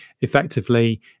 effectively